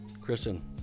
kristen